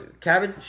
Cabbage